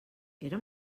era